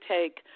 take –